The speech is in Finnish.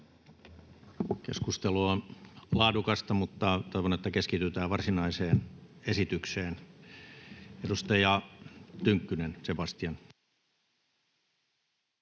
Keskustelu on laadukasta, mutta toivon, että keskitytään varsinaiseen esitykseen. — Edustaja Tynkkynen, Sebastian.